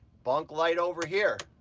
bunk light over here.